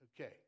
Okay